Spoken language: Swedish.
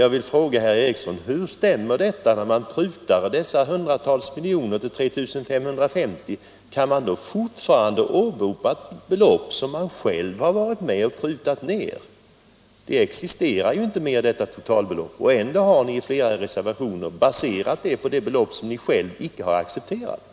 Jag vill fråga herr Ericson i Örebro: Hur stämmer detta, när man prutar hundratals miljorer ner till 3 550 miljoner? Kan man då fortfarande åberopa ett belopp som man själv har varit med om att pruta? Det totalbelopp ni åberopar existerar ju inte längre! Ändå har ni i flera reservationer baserat era yttranden på ett belopp som ni själva inte har accepterat.